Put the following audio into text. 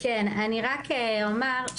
כן, אני רק אומר,